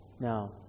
Now